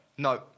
No